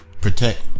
protect